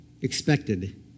expected